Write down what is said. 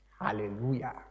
Hallelujah